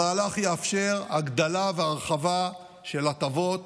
המהלך יאפשר הגדלה והרחבה של הטבות